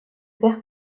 faire